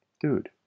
dude